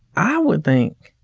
i would think,